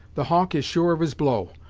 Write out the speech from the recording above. the hawk is sure of his blow.